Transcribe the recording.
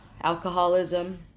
alcoholism